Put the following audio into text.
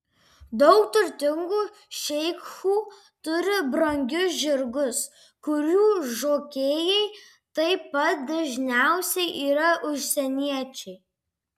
daug turtingų šeichų turi brangius žirgus kurių žokėjai taip pat dažniausiai yra užsieniečiai